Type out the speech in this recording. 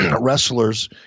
Wrestlers